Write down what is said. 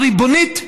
הריבונית,